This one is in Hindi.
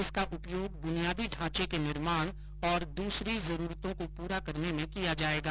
इसका उपयोग बुनियादी ढांचे के निर्माण और दूसरी जरूरतों को पूरा करने में किया जाएगा